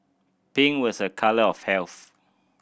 pink was a colour of health